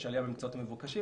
יש עלייה במקצועות המבוקשים,